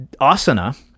Asana